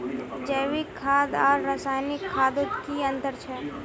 जैविक खाद आर रासायनिक खादोत की अंतर छे?